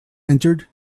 entered